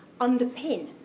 underpin